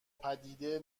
پدیده